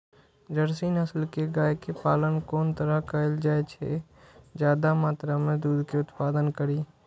Jersey नस्ल के गाय के पालन कोन तरह कायल जाय जे ज्यादा मात्रा में दूध के उत्पादन करी?